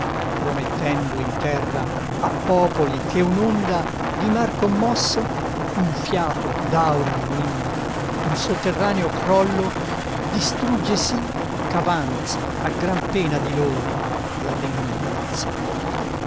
promettendo in terra a popoli che un'onda di mar commosso un fiato d'aura maligna un sotterraneo crollo distrugge sì che avanza a gran pena di lor la rimembranza